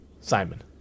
Simon